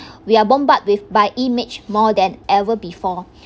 we are bombard with by image more than ever before